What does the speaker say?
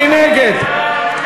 מי נגד?